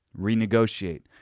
renegotiate